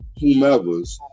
whomevers